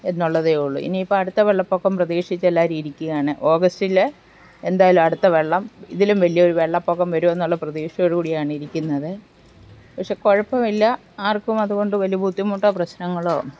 എന്നുള്ളതെ ഉള്ളു ഇനിയിപ്പം അടുത്ത വെള്ളപൊക്കം പ്രതീക്ഷിച്ച് എല്ലാവരും ഇരിക്കുകയാണ് ഓഗസ്റ്റിൽ എന്തായാലും അടുത്ത വെള്ളം ഇതിലും വലിയൊരു വെള്ളപൊക്കം വരൂ എന്നുള്ള പ്രതീക്ഷയോടുകൂടിയാണ് ഇരിക്കുന്നത് പക്ഷെ കുഴപ്പമില്ല ആർക്കും അതുകൊണ്ട് വലിയ ബുദ്ധിമുട്ടൊ പ്രശ്നങ്ങളൊ